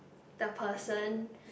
the person